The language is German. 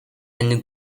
eine